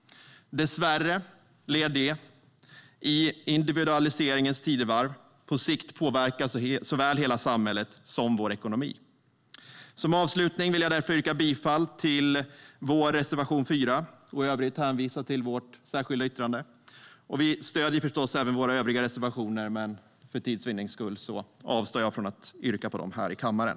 Dessvärre lär det, i individualiseringens tidevarv, på sikt påverka såväl hela samhället som vår ekonomi. Som avslutning yrkar jag därför bifall till vår reservation 4. I övrigt hänvisar jag till vårt särskilda yttrande. Vi stöder förstås även våra övriga reservationer, men för tids vinnande avstår jag från att yrka bifall till dem här i kammaren.